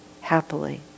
happily